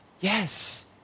Yes